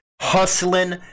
hustling